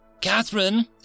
Catherine